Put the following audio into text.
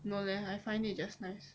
no leh I find it just nice